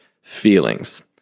feelings